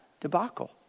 debacle